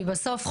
כי בסוף,